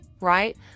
right